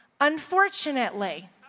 unfortunately